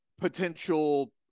potential